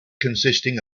consisting